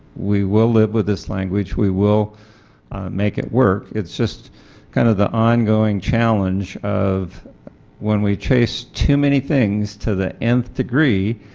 we will live with this language, we will make it work it is just kind of the ongoing challenge of when we chase too many things to the and degree,